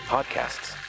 Podcasts